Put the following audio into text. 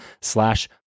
slash